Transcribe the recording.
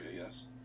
yes